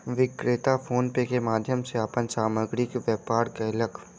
विक्रेता फ़ोन पे के माध्यम सॅ अपन सामग्रीक व्यापार कयलक